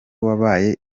wabaye